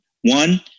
one